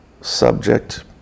subject